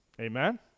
amen